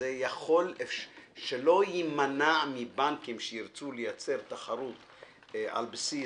שלא יימנע מבנקים שירצו לייצר תחרות על פי